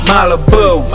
Malibu